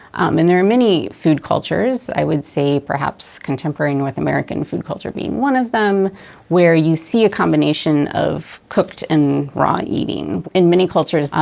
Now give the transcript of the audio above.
and there are many food cultures i would say perhaps contemporary north american food culture being one of them where you see a combination of cooked and raw eating. in many cultures,